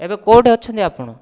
ଏବେ କେଉଁଠେ ଅଛନ୍ତି ଆପଣ